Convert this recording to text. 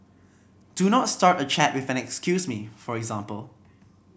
do not start a chat with an excuse me for example